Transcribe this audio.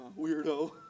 weirdo